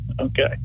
okay